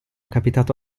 capitato